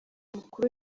mukuru